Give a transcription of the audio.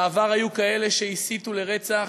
בעבר היו כאלה שהסיתו לרצח,